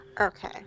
Okay